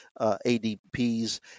ADPs